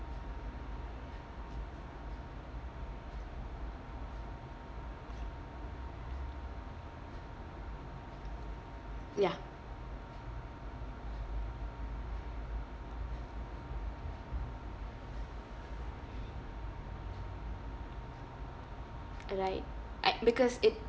ya right I because it